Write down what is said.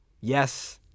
yes